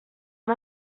han